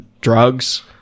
drugs